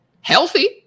healthy